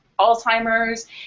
Alzheimer's